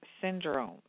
syndrome